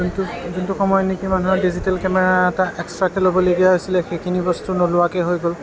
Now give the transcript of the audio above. যোন যোনটো সময়ত নেকি মানুহে ডিজিটেল কেমেৰা এটা এক্সট্ৰাকে ল'বলগীয়া হৈছিলে সেইখিনি বস্তু নোলোৱাকে হৈ গ'ল